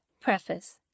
preface